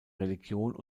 religion